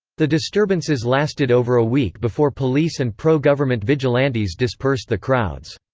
the disturbances lasted over a week before police and pro-government vigilantes dispersed the crowds.